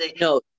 No